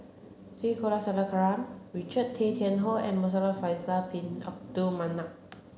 T Kulasekaram Richard Tay Tian Hoe and Muhamad Faisal Bin Abdul Manap